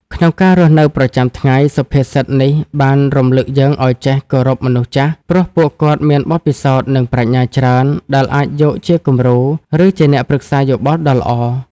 ក្នុងការរស់នៅប្រចាំថ្ងៃ សុភាសិតនេះបានរំលឹកយើងឱ្យចេះគោរពមនុស្សចាស់ ព្រោះពួកគាត់មានបទពិសោធន៍ និងប្រាជ្ញាច្រើន ដែលអាចយកជាគំរូ ឬជាអ្នកប្រឹក្សាយោបល់ដ៏ល្អ។